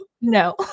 No